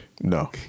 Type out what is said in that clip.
No